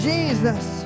Jesus